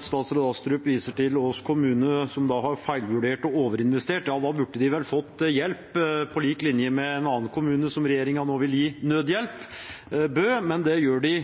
Statsråd Astrup viser til Ås kommune, som har feilvurdert og overinvestert. Da burde de vel ha fått hjelp på lik linje med en annen kommune, som regjeringen nå vil gi nødhjelp, Bø kommune, men det gjør de